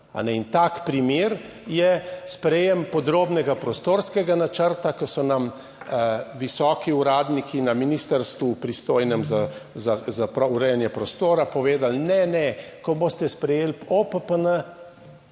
tak primer je sprejem podrobnega prostorskega načrta, ko so nam visoki uradniki na ministrstvu, pristojnem za urejanje prostora, povedali: ne, ne, ko boste sprejeli OPPN,